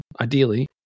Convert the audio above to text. ideally